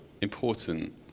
important